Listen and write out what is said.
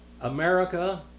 America